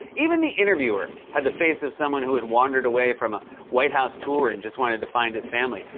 even the interviewer had the face of someone who had wandered away from a white house tour and just wanted to find his family.